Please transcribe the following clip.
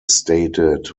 stated